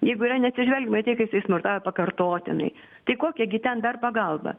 jeigu yra neatsižvelgiama į tai kad jisai smurtauja pakartotinai tai kokia gi ten dar pagalba